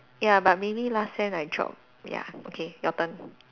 ya but maybe last sem I drop ya okay your turn